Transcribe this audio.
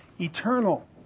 Eternal